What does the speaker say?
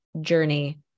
journey